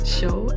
show